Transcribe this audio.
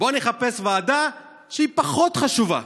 בואו נחפש ועדה שהיא פחות חשובה.